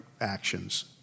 actions